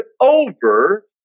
over